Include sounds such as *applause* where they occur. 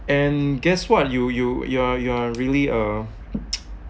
and guess what you you you are you are really uh *noise*